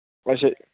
ਅੱਛਾ